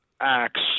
acts